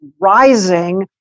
rising